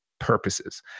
purposes